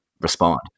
respond